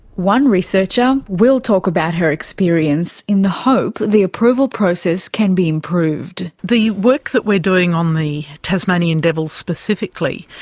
one researcher will talk about her experience in the hope the approval process can be improved. the work that we're doing on the tasmanian devils specifically,